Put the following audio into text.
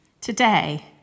Today